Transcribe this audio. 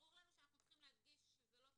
ברור לנו שאנחנו צריכים להדגיש שזה לא תקנות,